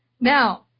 Now